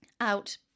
out